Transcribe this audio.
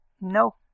No